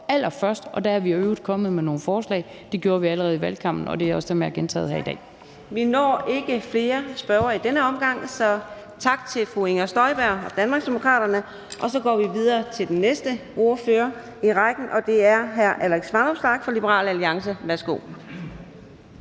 allerførst, og der er vi i øvrigt kommet med nogle forslag. Det gjorde vi allerede i valgkampen, og det er også dem, jeg har gentaget her i dag. Kl. 14:47 Fjerde næstformand (Karina Adsbøl): Tak. Vi når ikke flere spørgere i den her omgang, så tak til fru Inger Støjberg fra Danmarksdemokraterne. Så går vi videre til den næste ordfører i rækken, og det er hr. Alex Vanopslagh fra Liberal Alliance. Værsgo.